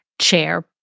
chair